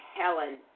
Helen